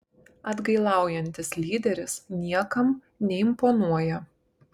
atgailaujantis lyderis niekam neimponuoja